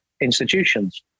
institutions